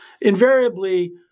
invariably